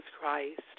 Christ